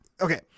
okay